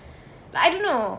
like I don't know